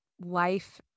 life